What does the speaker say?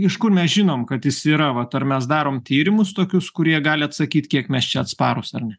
iš kur mes žinom kad jis yra vat ar mes darom tyrimus tokius kurie gali atsakyt kiek mes čia atsparūs ar ne